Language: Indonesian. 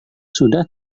sudah